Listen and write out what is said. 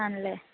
ആണല്ലേ